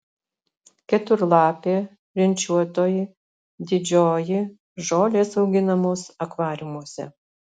keturlapė rinčiuotoji didžioji žolės auginamos akvariumuose